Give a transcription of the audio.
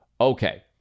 Okay